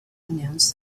announce